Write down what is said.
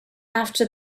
after